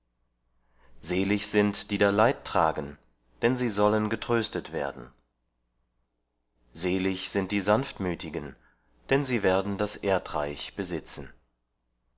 selig sind die da leid tragen denn sie sollen getröstet werden selig sind die sanftmütigen denn sie werden das erdreich besitzen